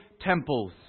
temples